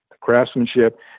craftsmanship